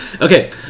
okay